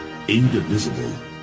indivisible